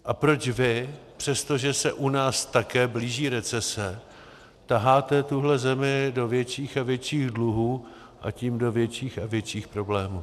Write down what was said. A proč vy, přestože se u nás také blíží recese, taháte tuhle zemi do větších a větších dluhů, a tím do větších a větších problémů?